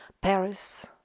Paris